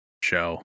show